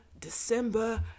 December